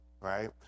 right